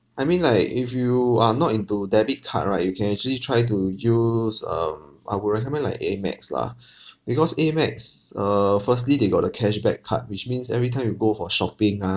I mean like if you are not into debit card right you can actually try to use um I would recommend like AMEX lah because AMEX err firstly they got a cashback card which means every time you go for shopping ah